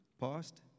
past